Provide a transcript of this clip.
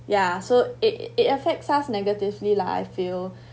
ya so it it affects us negatively lah I feel